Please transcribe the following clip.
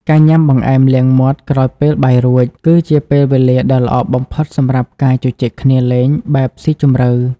ការញ៉ាំបង្អែមលាងមាត់ក្រោយពេលបាយរួច គឺជាពេលវេលាដ៏ល្អបំផុតសម្រាប់ការជជែកគ្នាលេងបែបស៊ីជម្រៅ។